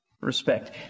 respect